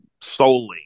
solely